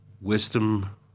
wisdom